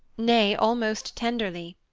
nay, almost tenderly.